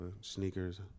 sneakers